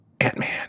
Ant-Man